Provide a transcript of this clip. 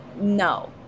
no